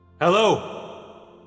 hello